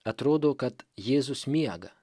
atrodo kad jėzus miega